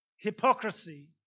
hypocrisy